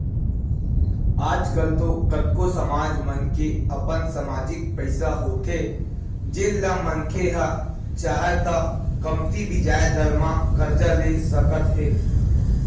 आज कल तो कतको समाज मन के अपन समाजिक पइसा होथे जेन ल मनखे ह चाहय त कमती बियाज दर म करजा ले सकत हे